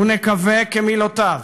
ונקווה כמילותיו